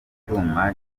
cyuma